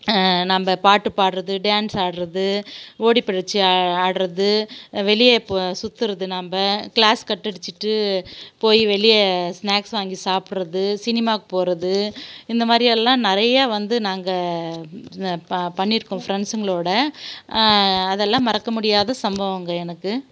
நம்ம பாட்டு பாடுறது டேன்ஸ் ஆடுறது ஓடிப்பிடித்து ஆ ஆடுறது வெளியே இப்போ சுற்றுறது நாம் கிளாஸ் கட்டடிச்சுட்டு போய் வெளியே ஸ்நாக்ஸ் வாங்கி சாப்பிட்றது சினிமாவுக்கு போகிறது இந்தமாதிரியெல்லாம் நிறைய வந்து நாங்கள் ப பண்ணியிருக்கோம் ஃப்ரண்ட்ஸுங்களோடு அதெல்லாம் மறக்க முடியாத சம்பவம்ங்கள் எனக்கு